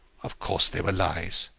of course they were lies.